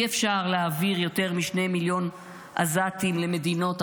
אי-אפשר להעביר יותר משני מיליון עזתים למדינות אחרות.